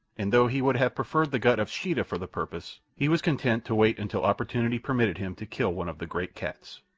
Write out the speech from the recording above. and though he would have preferred the gut of sheeta for the purpose, he was content to wait until opportunity permitted him to kill one of the great cats.